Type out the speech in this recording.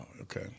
okay